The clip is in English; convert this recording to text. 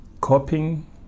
copying